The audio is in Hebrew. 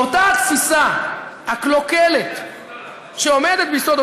אותה התפיסה הקלוקלת שעומדת ביסודות